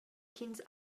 ch’ins